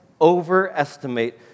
overestimate